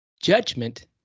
Judgment